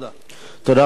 תודה רבה, אדוני.